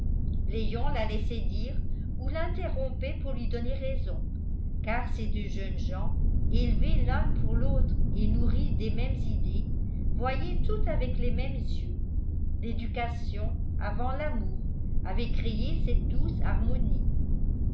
léon la laissait dire ou l'interrompait pour lui donner raison car ces deux jeunes gens élevés l'un pour l'autre et nourris des mêmes idées voyaient tout avec les mêmes yeux l'éducation avant l'amour avait créé cette douce harmonie